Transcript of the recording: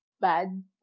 bad